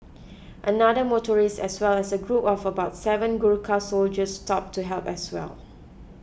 another motorist as well as a group of about seven Gurkha soldiers stopped to help as well